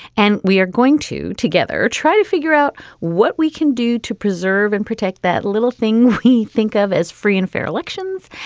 and we are going to together try to figure out what we can do to preserve and protect that little thing we think of as free and fair elections.